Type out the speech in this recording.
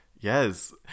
Yes